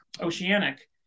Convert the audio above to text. Oceanic